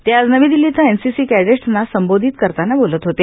ते आज नवी दिल्ली इथं एनसीसी केंडेट्सना संबोधित करताना बोलत होते